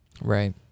Right